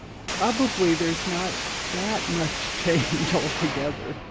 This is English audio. probably there's not that much change altogether.